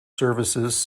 services